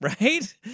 right